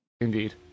Indeed